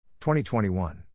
2021